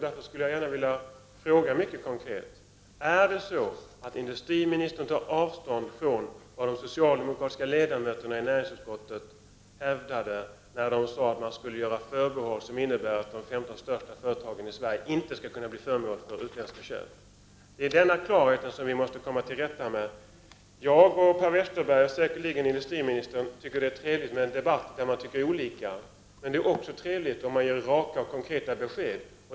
Därför vill jag fråga konkret: Tar industriministern avstånd från vad de socialdemokratiska ledamöterna i näringsutskottet hävdade, när de sade att det skall finnas förbehåll som innebär att de 15 största företagen i Sverige inte skall kunna bli föremål för utländska köp? Det är denna oklarhet som vi måste komma till rätta med. Jag. Per Westerberg och säkerligen industriministern tycker att det är trevligt med en debatt där man tycker olika. Men det är också trevligt om man ger raka och konkreta besked.